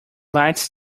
lights